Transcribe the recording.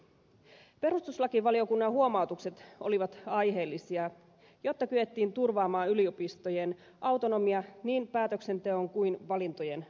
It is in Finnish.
perustuslakivaliokunnan huomautukset olivat aiheellisia jotta kyettiin turvaamaan yliopistojen autonomia niin päätöksenteon kuin valintojen osalta